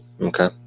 Okay